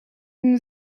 nous